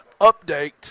update